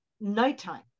nighttime